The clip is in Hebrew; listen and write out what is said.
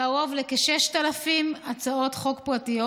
קרוב ל-6,000 הצעות חוק פרטיות,